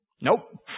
Nope